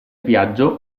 viaggio